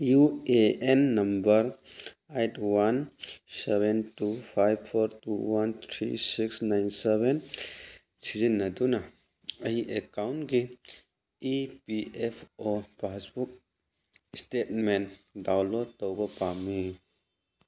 U A N number eight one seven two five four two one three six nine seven ꯁꯤꯖꯤꯟꯅꯗꯨꯅ ꯑꯩ ꯑꯦꯛꯀꯥꯎꯟꯒꯤ E P F O passbook statement download ꯇꯧꯕ ꯄꯥꯝꯃꯤ